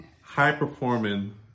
high-performing